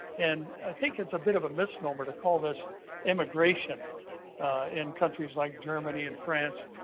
and i think it's a bit of a misnomer to call this immigration in countries like germany and france.